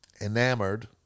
enamored